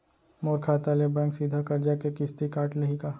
मोर खाता ले बैंक सीधा करजा के किस्ती काट लिही का?